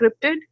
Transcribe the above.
scripted